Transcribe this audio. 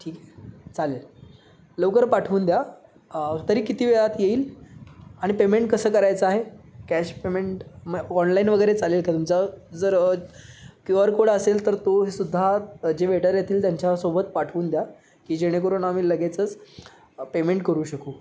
ठीक आहे चालेल लवकर पाठवून द्या तरी किती वेळात येईल आणि पेमेंट कसं करायचं आहे कॅश पेमेंट मग ऑनलाईन वगैरे चालेल का तुमचा जर क्यू आर कोड असेल तर तो सुद्धा जे वेटर येतील त्यांच्यासोबत पाठवून द्या की जेणेकरून आम्ही लगेचच पेमेंट करू शकू